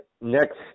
next